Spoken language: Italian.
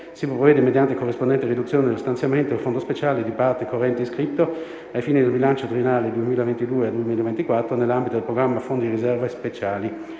si provvede mediante corrispondente riduzione dello stanziamento del fondo speciale di parte corrente iscritto, ai fini del bilancio triennale 2022-2024, nell'ambito del programma "Fondi di riserva e speciali"